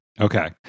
okay